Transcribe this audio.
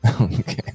Okay